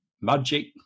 magic